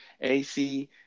ac